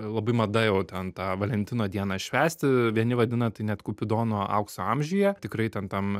labai mada jau ten tą valentino dieną švęsti vieni vadina tai net kupidono aukso amžiuje tikrai ten tam